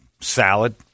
salad